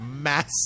massive